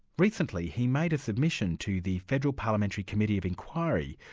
recently he made a submission to the federal parliamentary committee of inquiry,